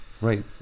Right